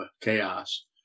chaos